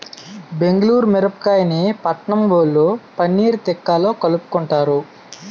బెంగుళూరు మిరపకాయని పట్నంవొళ్ళు పన్నీర్ తిక్కాలో కలుపుకుంటారు